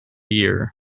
year